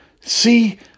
See